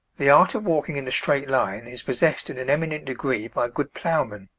the art of walking in a straight line is possessed in an eminent degree by good ploughmen.